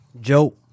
Joe